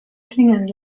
klingeln